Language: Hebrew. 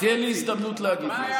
תן לי הזדמנות להגיב.